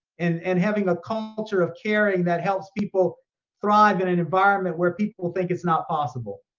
and and having a culture of caring that helps people thrive in an environment where people think it's not possible.